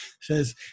says